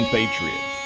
Patriots